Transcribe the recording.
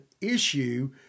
issue